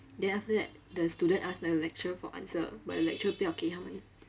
then after that the student ask the lecturer for answer but the lecturer 不要给他们